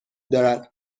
دارد